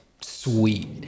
sweet